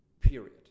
period